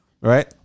right